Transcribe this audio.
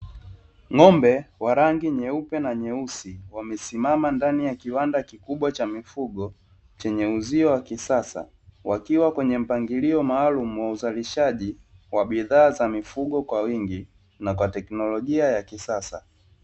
Ng'ombe wa rangi nyeupe na nyeusi, wamesimama ndani ya kiwanda kikubwa cha mifugo chenye uzio wa kisasa, wakiwa kwenye mpangilio maalumu wa uzalishaji wa bidhaa za mifugo kwa wingi na kwa teknolojia ya kisasa